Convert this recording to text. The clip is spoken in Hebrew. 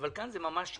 אבל כאן זה ממש היא.